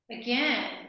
again